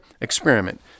Experiment